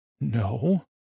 No